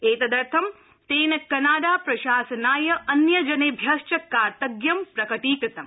एतदर्थं तेन कनाडा प्रशासनाय अन्य जनेभ्यश्च कार्तज्ञं प्रकटीकृतम